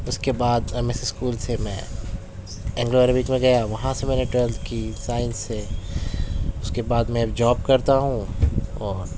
اس کے بعد M S school سے میں اینگلو عربک میں گیا وہاں سے میں نے ٹویلتھ کی سائنس سے اس کے بعد میں جاب کرتا ہوں اور